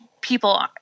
people